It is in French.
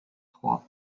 trois